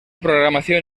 programación